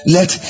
Let